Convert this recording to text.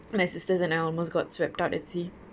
my sisters and I almost got swept out at sea